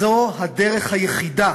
זו הדרך היחידה